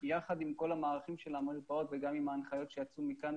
יחד עם כל המערכים של המרפאות וגם עם ההנחיות שיצאו מכאן,